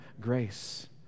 grace